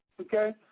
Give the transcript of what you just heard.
okay